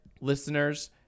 listeners